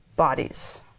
bodies